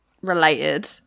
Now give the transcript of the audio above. related